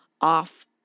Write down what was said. off